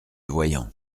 voyant